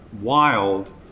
wild